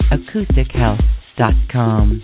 AcousticHealth.com